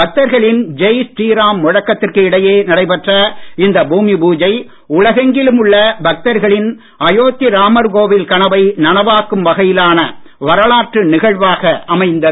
பக்தர்களின் ஜெய் ஸ்ரீராம் முழக்கத்திற்கு இடையே நடைபெற்ற இந்த பூமி பூஜை உலகெங்கிலும் உள்ள பக்தர்களின் அயோத்தி ராமர் கோவில் கனவை நினைவாக்கும் வகையிலான வரலாற்று நிகழ்வாக அமைந்தது